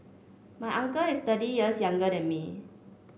my uncle is thirty years younger than me